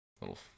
little